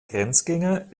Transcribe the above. grenzgänger